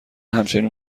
همچنین